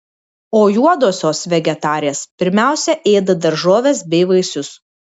o juodosios vegetarės pirmiausia ėda daržoves bei vaisius